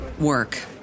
work